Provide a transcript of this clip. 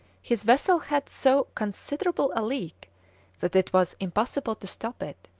his vessel had so considerable a leak that it was impossible to stop it.